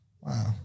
Wow